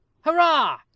Hurrah